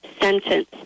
sentence